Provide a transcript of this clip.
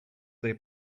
their